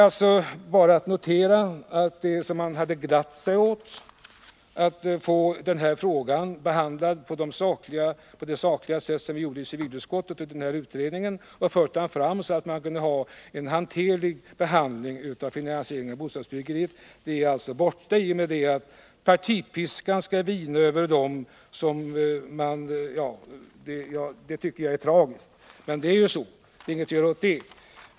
Det är bara att notera att det som jag hade glatt mig åt — utsikten att få denna fråga behandlad på det sakliga sätt som vi har behandlat den på i civilutskottet och i denna utredning, då vi fört den fram så att man kunde få en hanterlig behandling av finansieringen av bostadsbyggandet — är borta i och med att partipiskan skall vina. Det tycker jag är tragiskt. Men det är så, och det är inget att göra åt.